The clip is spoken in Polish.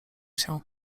się